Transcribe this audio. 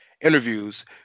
interviews